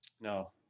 No